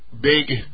big